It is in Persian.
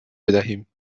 بدهیم